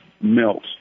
melt